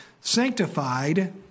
sanctified